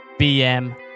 bm